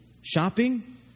shopping